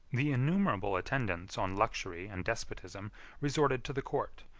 the innumerable attendants on luxury and despotism resorted to the court,